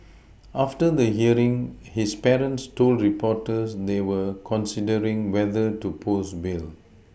after the hearing his parents told reporters they were considering whether to post bail